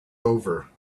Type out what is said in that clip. over